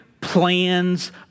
plans